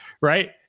right